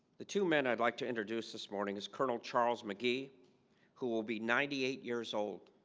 the two men i'd like to introduce this morning is colonel charles mcgee who will be ninety eight years old.